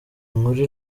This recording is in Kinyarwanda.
inkuru